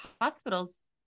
hospitals